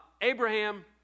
Abraham